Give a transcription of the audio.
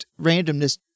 randomness